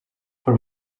for